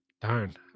darn